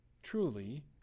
truly